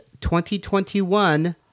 2021